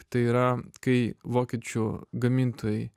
tai yra kai vokiečių gamintojai